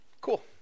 cool